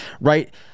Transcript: right